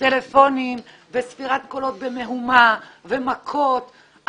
טלפונים וספירת קולות במהומה ומכות,